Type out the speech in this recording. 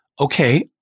Okay